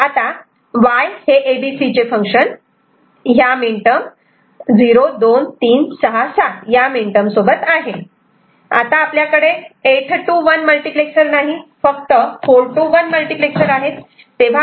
Y FABC Σ m 02367 आता आपल्याकडे 8 to 1 multiplexer नाही फक्त 4 to 1 मल्टिप्लेक्सर आहेत